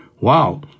Wow